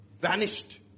vanished